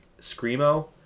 Screamo